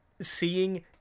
seeing